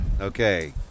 Okay